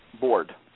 board